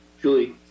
Julie